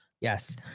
yes